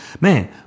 man